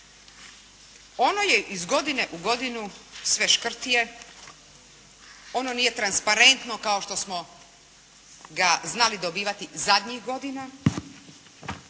ono je iz godine u godinu sve škrtije, ono nije transparentno kao što smo ga znali dobivati zadnjih godina